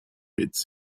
its